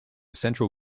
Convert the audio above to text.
central